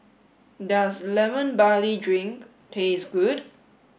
does lemon barley drink taste good